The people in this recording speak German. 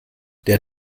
der